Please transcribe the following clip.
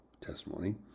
testimony